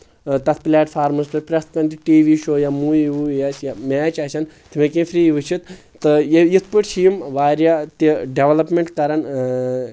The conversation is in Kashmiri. تَتھ پلیٹ فارمَس پؠٹھ پرٛؠتھ کُنہِ تہِ ٹی وی شو یا موٗوی ووٗوی آسہِ یا میچ آسن تِم ہیٚکہِ فری وٕچھِتھ تہٕ یِتھ پٲٹھۍ چھِ یِم واریاہ تہِ ڈیولَپمیٚنٛٹ کَران